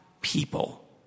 people